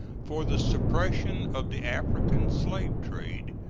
for the suppression of the african slave trade,